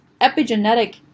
epigenetic